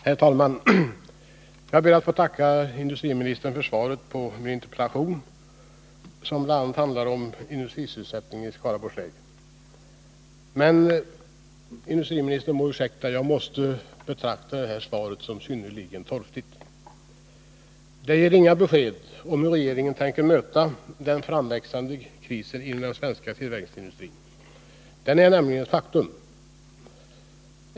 Herr talman! Jag ber att få tacka industriministern för svaret på min interpellation, som bl.a. handlar om industrisysselsättningen i Skaraborgs län. Men industriministern må ursäkta — jag måste betrakta det här svaret som synnerligen torftigt. Det ger inga besked om hur regeringen tänker möta den framväxande krisen inom den svenska tillverkningsindustrin. Denna är nämligen ett faktum.